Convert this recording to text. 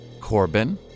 Corbin